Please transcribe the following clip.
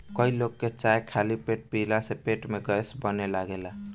कई लोग के चाय खाली पेटे पियला से पेट में गैस बने लागेला